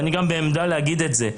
אני גם בעמדה להגיד את זה,